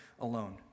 alone